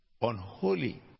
unholy